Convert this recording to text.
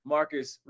Marcus